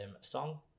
song